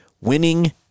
winning